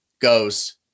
goes